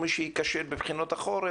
מי שייכשל בבחינות החורף,